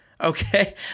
Okay